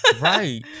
Right